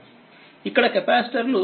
ఇక్కడ కెపాసిటర్లు C1 C2